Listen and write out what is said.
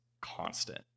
constant